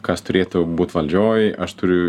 kas turėtų būt valdžioj aš turiu